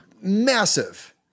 Massive